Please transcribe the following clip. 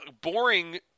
boring